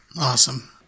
Awesome